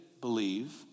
believe